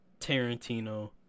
Tarantino